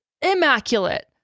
Immaculate